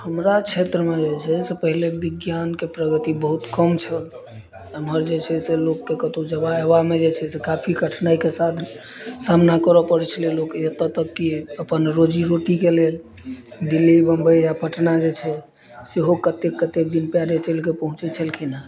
हमरा क्षेत्रमे जे छै से पहिले विज्ञानके प्रगति बहुत कम छल एम्हर जे छै से लोककेँ कतौ जयबा अयबामे जे छै से काफी कठिनाइके साथ सामना करऽ पड़ै छलै लोक एतऽ तक कि अपन रोजी रोटीके लेल दिल्ली बम्बई या पटना जे छै सेहो कतेक कतेक दिन पएरे चलिके पहुँचै छलखिन हेँ